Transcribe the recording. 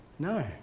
No